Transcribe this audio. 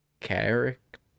character